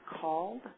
called